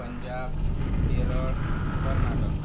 Punjab Kerala Karnataka